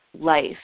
life